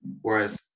Whereas